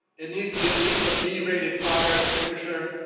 it needs to be at least a b rated fire extinguisher.